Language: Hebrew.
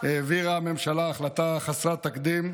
העבירה הממשלה החלטה חסרת תקדים,